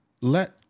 let